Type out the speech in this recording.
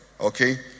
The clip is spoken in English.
Okay